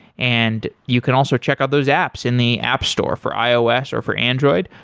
and you can also check out those apps in the app store for ios or for android.